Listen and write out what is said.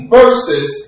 verses